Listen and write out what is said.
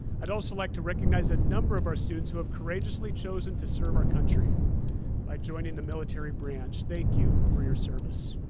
i'd also like to recognize a number of our students who have courageously chosen to serve our country by joining the military branch. thank you for your service.